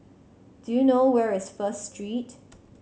do you know where is First Street